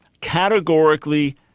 Categorically